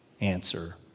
answer